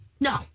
No